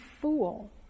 fool